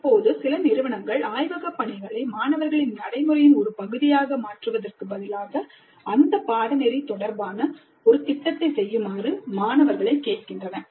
இப்போது சில நிறுவனங்கள் ஆய்வகப் பணிகளை மாணவர்களின் நடைமுறையின் ஒரு பகுதியாக மாற்றுவதற்குப் பதிலாக அந்த பாடநெறி தொடர்பான ஒரு திட்டத்தைச் செய்யுமாறு மாணவர்களைக் கேட்கின்றன